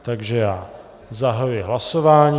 Takže já zahajuji hlasování.